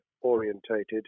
orientated